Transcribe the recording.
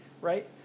right